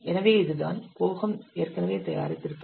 எனவே இதுதான் போஹம் ஏற்கனவே தயாரித்திருப்பது